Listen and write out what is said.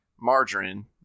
margarine